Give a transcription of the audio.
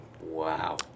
Wow